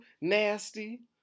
nasty